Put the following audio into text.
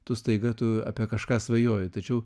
tu staiga tu apie kažką svajoji tačiau